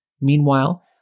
Meanwhile